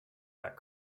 that